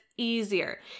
easier